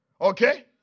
Okay